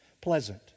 Pleasant